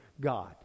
God